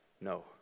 No